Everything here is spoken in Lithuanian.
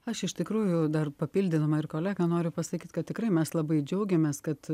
aš iš tikrųjų dar papildydama ir kolegą noriu pasakyt kad tikrai mes labai džiaugiamės kad